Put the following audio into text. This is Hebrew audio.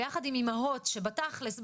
ביחד עם אימהות שבתכלס,